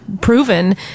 proven